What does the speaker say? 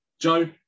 Joe